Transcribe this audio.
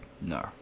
No